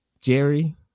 Jerry